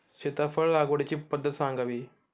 सीताफळ लागवडीची पद्धत सांगावी?